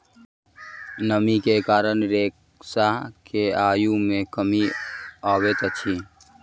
नमी के कारण रेशा के आयु मे कमी अबैत अछि